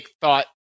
thought